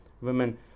women